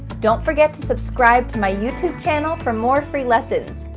don't forget to subscribe to my youtube channel for more free lessons.